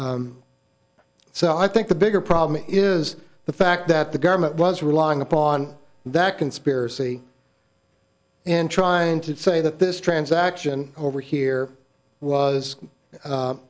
so i think the bigger problem is the fact that the government was relying upon that conspiracy and trying to say that this transaction over here was